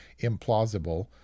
implausible